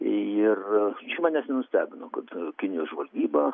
ir čia manęs nenustebino kad a kinijos žvalgyba